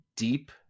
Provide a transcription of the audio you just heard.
deep